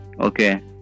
okay